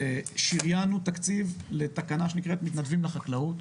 שריינו תקציב לתקנה שנקראת מתנדבים לחקלאות,